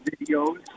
videos